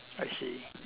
I see